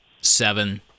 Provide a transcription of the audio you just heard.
seven